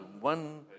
one